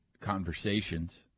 conversations